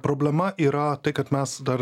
problema yra tai kad mes dar